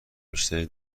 بیشتری